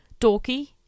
Dorky